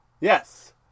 Yes